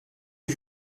que